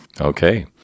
Okay